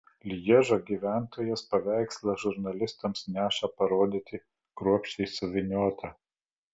lježo gyventojas paveikslą žurnalistams neša parodyti kruopščiai suvyniotą